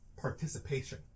participation